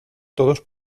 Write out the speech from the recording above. todos